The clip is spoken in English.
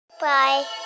Bye